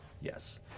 Yes